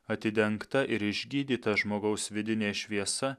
atidengta ir išgydyta žmogaus vidinė šviesa